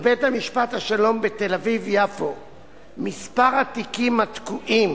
בבית-משפט השלום בתל-אביב יפו מספר התיקים התקועים